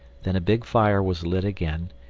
then a big fire was lit again,